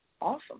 Awesome